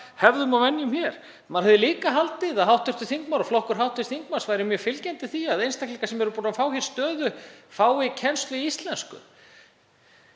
hefðum og venjum hér. Maður hefði líka haldið að hv. þingmaður og flokkur hans væru mjög fylgjandi því að einstaklingar sem eru búnir að fá hér stöðu fái kennslu í íslensku.